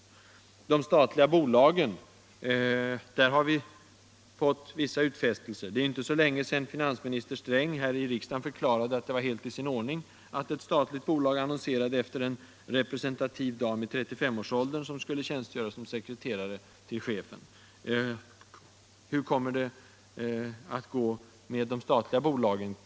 Även de statliga bolagen borde åläggas samma förpliktelse som myndigheterna. Det är inte så länge sedan finansminister Sträng här i riksdagen förklarade att det var helt i sin ordning att ett statligt bolag annonserade efter en representativ dam i 35-årsåldern, som skulle tjänstgöra som sckreterare åt chefen. Hur kommer det att gå med de statliga bolagen?